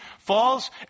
falls